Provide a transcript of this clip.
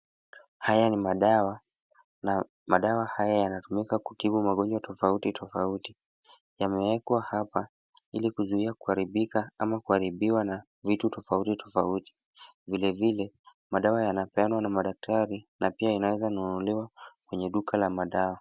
Haya ni madawa na madawa haya byanatumika kutibu magonjwa tofauti tofauti. Yamewekwa hapa ili kuzuia kuharibika ama kuharibiwa na vitu tofauti tofauti. Vile vile madawa yanapeanwa na madaktari na pia inaweza nunuliwa kwenye duka la madawa.